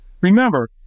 Remember